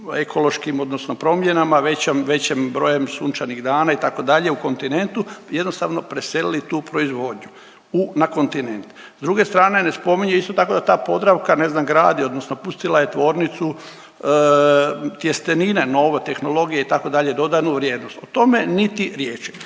ekološkim odnosno promjenama većim brojem sunčanih dana itd. u kontinentu, jednostavno preselili tu proizvodnju na kontinent. S druge strane ne spominje isto tako da ta Podravka ne znam gradi odnosno pustila je Tvornicu tjestenine, nove tehnologije itd., dodanu vrijednost, o tome niti riječi.